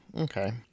Okay